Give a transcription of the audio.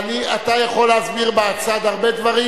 אתה יכול להסביר מהצד הרבה דברים,